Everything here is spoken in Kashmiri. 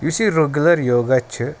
یُس یہِ رٔگوٗلَر یوگا چھِ